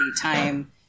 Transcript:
time